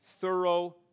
thorough